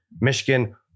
Michigan